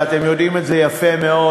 ואתם יודעים את זה יפה מאוד.